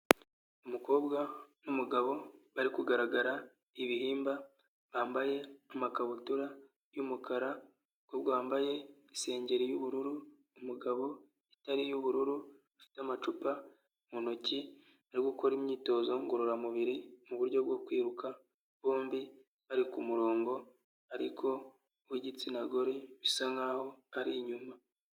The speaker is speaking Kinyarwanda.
Umukobwa n'umugabo bari kugaragara ibihimba, bambaye amakabutura y'umukara, umukobwa wambaye isengeri y'ubururu, umugabo itari iy'ubururu n'amacupa mu ntoki, bari gukora imyitozo ngororamubiri mu buryo bwo kwiruka, bombi bari ku kumurongo ,ariko uw'igitsina gore bisa nkaho ari inyuma.